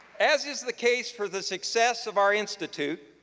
as is the case for the success of our institute,